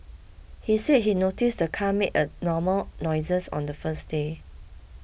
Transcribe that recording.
he said he noticed the car made abnormal noises on the first day